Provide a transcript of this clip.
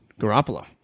Garoppolo